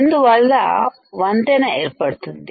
అందువల్ల వంతెన ఏర్పడుతుంది